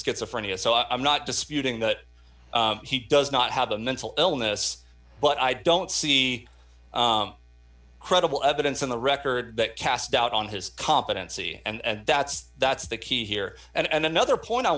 schizophrenia so i'm not disputing that he does not have a mental illness but i don't see credible evidence in the record that casts doubt on his competency and that's that's the key here and another point i